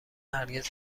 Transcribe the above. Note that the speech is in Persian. هرگز